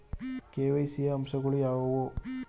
KYC ಯ ಅಂಶಗಳು ಯಾವುವು?